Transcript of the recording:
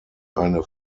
eine